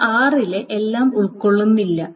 ഇത് r ലെ എല്ലാം ഉൾക്കൊള്ളുന്നില്ല